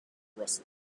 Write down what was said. russell